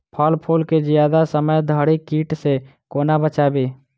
फल फुल केँ जियादा समय धरि कीट सऽ कोना बचाबी?